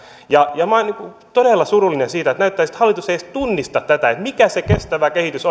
minä olen todella surullinen siitä että näyttäisi siltä että hallitus ei edes tunnista tätä että mikä oikeasti on se kestävä kehitys